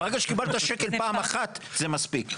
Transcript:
ברגע שקיבלת שקל פעם אחת, זה מספיק.